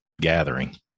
gathering